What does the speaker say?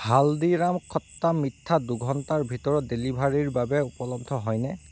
হালদিৰাম খট্টা মিঠা দুঘণ্টাৰ ভিতৰত ডেলিভাৰীৰ বাবে উপলব্ধ হয়নে